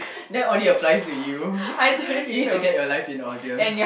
that only applies to you you need to get your life in order